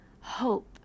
hope